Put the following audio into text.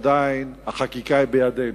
עדיין החקיקה היא בידינו,